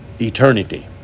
eternity